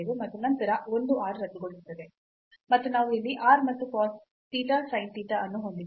ಮತ್ತು ನಂತರ ಒಂದು r ರದ್ದುಗೊಳ್ಳುತ್ತದೆ ಮತ್ತು ನಾವು ಇಲ್ಲಿ r ಮತ್ತು cos theta sin theta ಅನ್ನು ಹೊಂದಿದ್ದೇವೆ